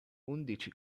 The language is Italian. undici